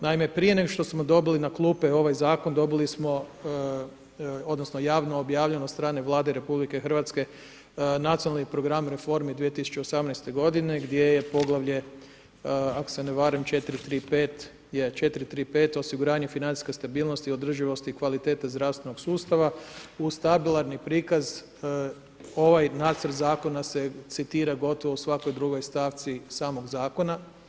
Naime, prije nego što smo dobili na klupe ovaj zakon, dobili smo, javno obavljeno od strane Vlade RH nacionalni program reformi 2018. g. gdje je poglavlje ako se ne varam 4.3.5. osiguranje financijske stabilnosti i održivosti kvalitete zdravstvenog sustava, uz stabilni prikaz ovaj nacrt zakona se citira gotovo u svakoj drugoj stavci samog zakona.